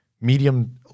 medium